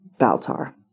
Baltar